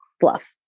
bluff